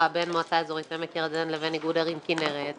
בין מועצה אזורית עמק ירדן לבין איגוד ערים כנרת.